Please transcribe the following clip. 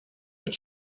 but